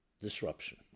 disruption